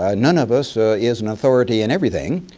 ah none of us is an authority in everything.